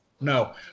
no